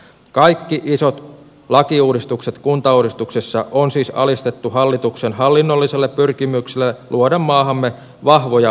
kaikki isot lakiuudistukset kuntauudistuksessa on siis alistettu hallituksen hallinnolliselle pyrkimykselle luoda maahamme vahvoja peruskuntia